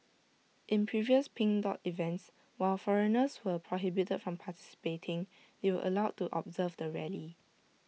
in previous pink dot events while foreigners were prohibited from participating they were allowed to observe the rally